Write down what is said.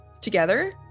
together